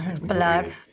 Blood